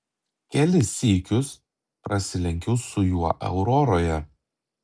kelis sykius prasilenkiau su juo auroroje